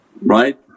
right